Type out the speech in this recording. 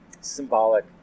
symbolic